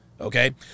Okay